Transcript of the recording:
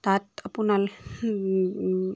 তাত আপোনাৰ